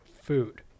food